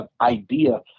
idea